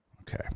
Okay